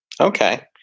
Okay